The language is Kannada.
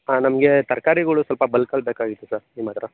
ಹಾಂ ನಮಗೆ ತರ್ಕಾರಿಗಳು ಸ್ವಲ್ಪ ಬಲ್ಕಲ್ಲಿ ಬೇಕಾಗಿತ್ತು ಸರ್ ನಿಮ್ಮ ಹತ್ರ